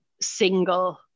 single